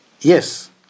Yes